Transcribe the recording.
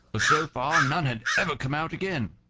but so far none had ever come out again.